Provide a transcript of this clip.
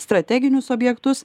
strateginius objektus